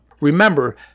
Remember